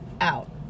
out